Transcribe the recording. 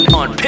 on